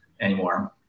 anymore